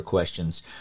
Questions